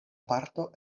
parto